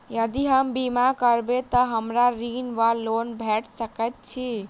यदि हम बीमा करबै तऽ हमरा ऋण वा लोन भेट सकैत अछि?